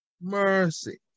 mercy